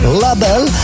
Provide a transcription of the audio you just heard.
label